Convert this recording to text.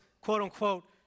quote-unquote